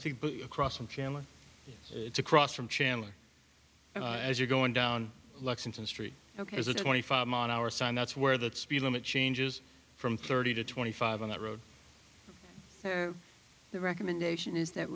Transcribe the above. think across from family it's across from chandler and as you're going down lexington street ok as a twenty five mile an hour sign that's where the speed limit changes from thirty to twenty five on that road the recommendation is that